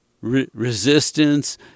resistance